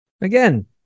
Again